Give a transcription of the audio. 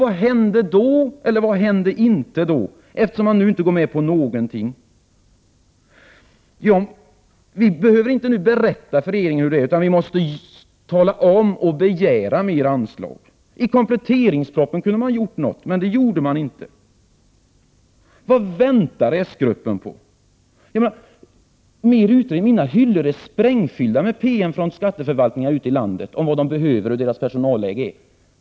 Vad hände egentligen då, eller vad hände inte, eftersom man nu inte går med på någonting? Nej, vi behöver inte berätta för regeringen hur det ligger till, utan vi måste begära större anslag. I kompletteringspropositionen kunde regeringen ha gjort någonting, men det gjorde man inte. Vad väntar s-gruppen på? Mer utredningar? Mina hyllor är snart sprängfyllda med PM från skatteförvaltningarna ute i landet om vad de behöver och hurdant deras personalläge är.